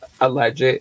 alleged